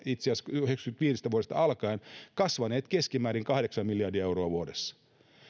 itse asiassa vuodesta yhdeksänkymmentäviisi alkaen kasvaneet keskimäärin kahdeksan miljardia euroa vuodessa ja